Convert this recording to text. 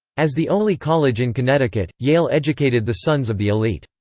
as the only college in connecticut, yale educated the sons of the elite.